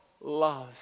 love